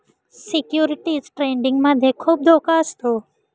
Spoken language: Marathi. सिक्युरिटीज ट्रेडिंग मध्ये खुप धोका असतो